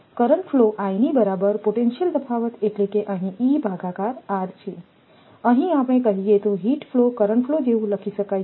current flow I ની બરાબર potential તફાવત એટલે કે અહીં e ભાગાકાર r છે અહીં આપણે કહીએ તો હિટ ફ્લો કરંટ ફ્લો જેવું લખી શકાય છે